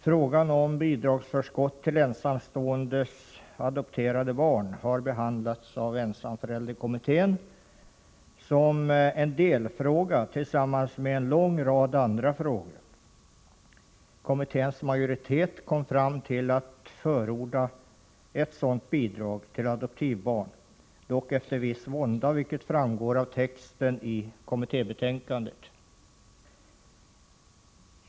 Frågan om bidragsförskott till ensamståendes adopterade barn har behandlats av ensamförälderkommittén som en delfråga tillsammans med en lång rad andra frågor. Kommitténs majoritet kom fram till att förorda ett sådant bidrag till adoptivbarn, dock efter viss vånda, vilket framgår av texten i kommittébetänkandet.